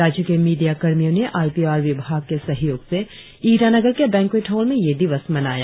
राज्य के मीडिया कर्मियों ने आई पी आर विभाग के सहयोग से ईटानगर के बैंक्वेट हॉल में ये दिवस मनाया